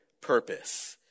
purpose